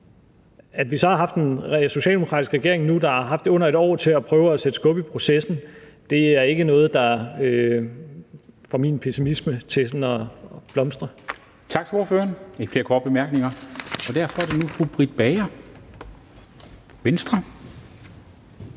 At vi så har haft en socialdemokratisk regering nu, der har haft under et år til at prøve at sætte skub i processen, er ikke noget, der får min pessimisme til sådan at blomstre.